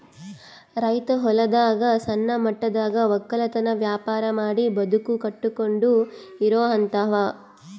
ರೈತ್ ಹೊಲದಾಗ್ ಸಣ್ಣ ಮಟ್ಟದಾಗ್ ವಕ್ಕಲತನ್ ವ್ಯಾಪಾರ್ ಮಾಡಿ ಬದುಕ್ ಕಟ್ಟಕೊಂಡು ಇರೋಹಂತಾವ